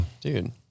dude